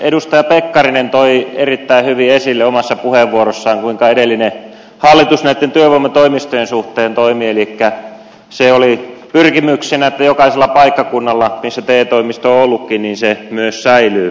edustaja pekkarinen toi erittäin hyvin esille omassa puheenvuorossaan kuinka edellinen hallitus näitten työvoimatoimistojen suhteen toimi elikkä se oli pyrkimyksenä että jokaisella paikkakunnalla missä te toimisto on ollutkin se myös säilyy